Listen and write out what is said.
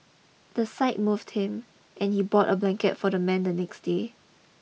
the sight moved him and he bought a blanket for the man the next day